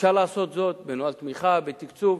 אפשר לעשות זאת בנוהל תמיכה, בתקצוב.